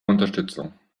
unterstützung